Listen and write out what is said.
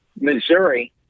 Missouri